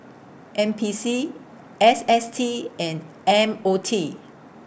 N P C S S T and M O T